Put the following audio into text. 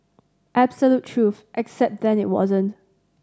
absolute truth except then it wasn't